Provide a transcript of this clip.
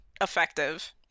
effective